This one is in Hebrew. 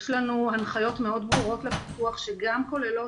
יש לנו הנחיות מאוד ברורות לפיקוח שגם כוללות